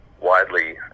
widely